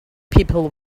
people